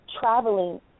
traveling